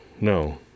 No